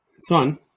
Son